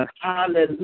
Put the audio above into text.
hallelujah